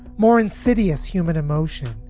more insidious human emotion,